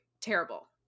terrible